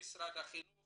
ממשרד החינוך